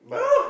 no